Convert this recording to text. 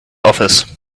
office